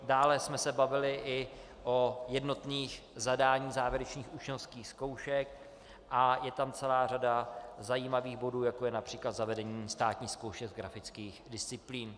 Dále jsme se bavili i o jednotných zadáních závěrečných učňovských zkoušek a je tam celá řada zajímavých bodů, jako je např. zavedení státních zkoušek grafických disciplín.